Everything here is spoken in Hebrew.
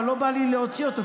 אבל לא בא לי להוציא אותו,